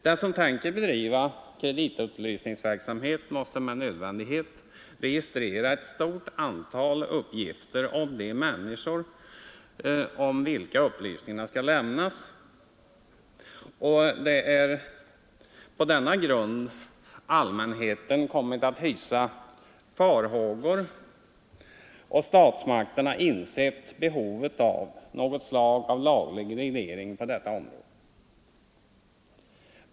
Den som tänker bedriva kreditupplysningsverksamhet måste med nödvändighet registrera ett stort antal uppgifter om de människor om vilka upplysningar skall lämnas, och det är på denna grund allmänheten kommit att hysa farhågor och statsmakterna insett behovet av något slag av laglig reglering på detta område.